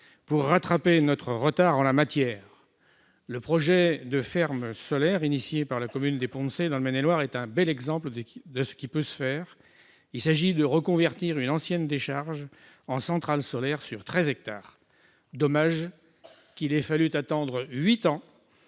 pour rattraper notre retard en la matière. Le projet de ferme solaire porté par la commune des Ponts-de-Cé, dans le Maine-et-Loire, est un bel exemple de ce qui peut se faire. Il s'agit de reconvertir une ancienne décharge en centrale solaire sur 13 hectares. Dommage qu'il ait fallu attendre huit ans